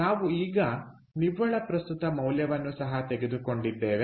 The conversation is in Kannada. ನಾವು ಈಗ ನಿವ್ವಳ ಪ್ರಸ್ತುತ ಮೌಲ್ಯವನ್ನು ಸಹ ತೆಗೆದುಕೊಂಡಿದ್ದೇವೆ